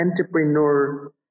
entrepreneur